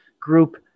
Group